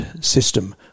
system